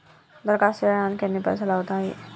దరఖాస్తు చేయడానికి ఎన్ని పైసలు అవుతయీ?